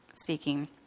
speaking